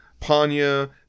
Panya